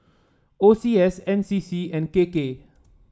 O C S N C C and K K